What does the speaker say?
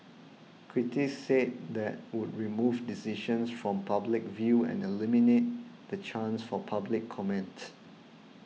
critics said that would remove decisions from public view and eliminate the chance for public comment